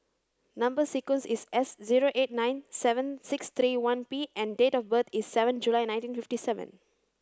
number sequence is S zero eight nine seven six three one P and date of birth is seven July nineteen fifty seven